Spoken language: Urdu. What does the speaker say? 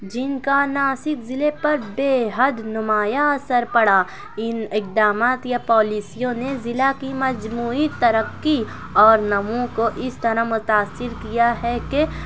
جن کا ناسک ضلعے پر بے حد نمایاں اثر پڑا ان اقدامات یا پالیسیوں نے ضلع کی مجموعی ترقی اور نمو کو اس طرح متأثر کیا ہے کہ